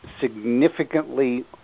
significantly